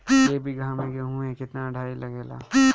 एक बीगहा गेहूं में केतना डाई लागेला?